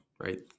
right